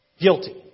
guilty